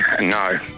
No